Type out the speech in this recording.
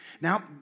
Now